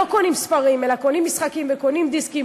קונים ספרים אלא קונים משחקים וקונים דיסקים,